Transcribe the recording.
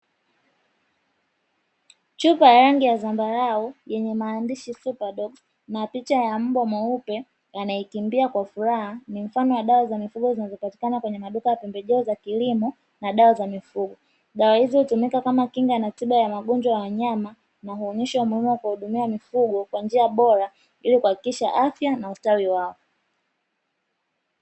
Chupa ya rangi ya zambarau yenye maandishi "Superdox" na picha ya mbwa mweupe anayetembea kwa furaha ni mfano wa dawa za mifugo zinazopatikana kwenye maduka ya pembejeo za kilimo na dawa za mifugo, dawa hizo hutumika kama kinga na tiba ya magonjwa ya wanyama, na huonyesha umuhimu wa kuwahudumia mifugo kwa njia bora ili kuhakikisha afya na ustawi wao.